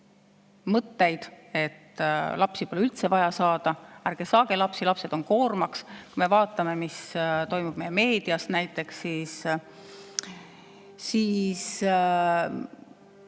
mõtlema, et lapsi pole üldse vaja saada: ärge saage lapsi, lapsed on koormaks! Vaatame, mis toimub meie meedias. Näiteks selle